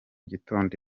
gitondo